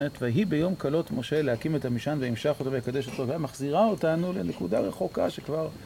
ויהי ביום כלות משה להקים את המשכן וימשח אותו ויקדש אותו והיא מחזירה אותנו לנקודה רחוקה שכבר